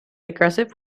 aggressive